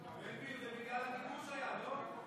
בן גביר, זה היה בגלל הכיבוש, לא?